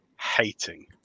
hating